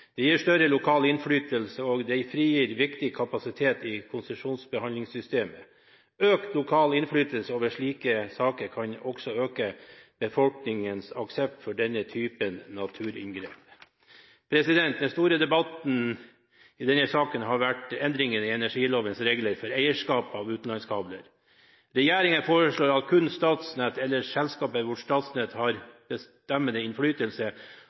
Det gir større lokal innflytelse, og det frigir viktig kapasitet i konsesjonsbehandlingssystemet. Økt lokal innflytelse over slike saker kan også øke befolkningens aksept for denne typen naturinngrep. Den store debatten i denne saken har dreid seg om endringene i energilovens regler for eierskap av utenlandskabler. Regjeringen foreslår at kun Statnett, eller selskaper hvor Statnett har bestemmende innflytelse,